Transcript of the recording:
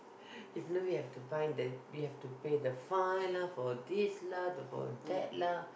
if not we have to fine the we have to pay the fine lah for this lah for that lah